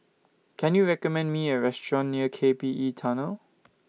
Can YOU recommend Me A Restaurant near K P E Tunnel